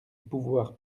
pouvoir